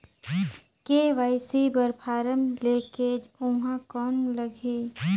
KYC बर form ले के ऊहां कौन लगही?